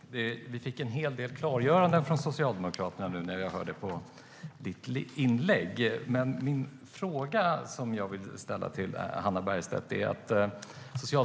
Herr talman! Vi fick en hel del klargöranden från Socialdemokraterna när jag lyssnade på Hannah Bergstedts anförande. Socialdemokraterna säger att man värnar om hela Sverige.